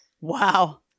Wow